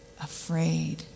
afraid